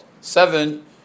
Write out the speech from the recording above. seven